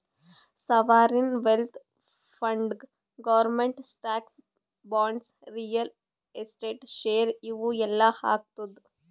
sovereign wealth ಫಂಡ್ನಾಗ್ government stocks, bonds, real estate, share ಇವು ಎಲ್ಲಾ ಹಾಕ್ತುದ್